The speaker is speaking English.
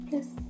Yes